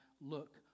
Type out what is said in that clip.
look